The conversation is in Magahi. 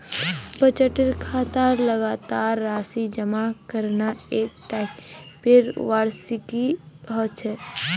बचत खातात लगातार राशि जमा करना एक टाइपेर वार्षिकी ह छेक